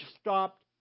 stopped